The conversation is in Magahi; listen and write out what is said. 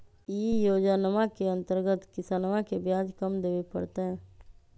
ई योजनवा के अंतर्गत किसनवन के ब्याज कम देवे पड़ तय